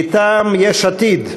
מטעם יש עתיד: